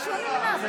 שחר אדום.